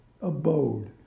abode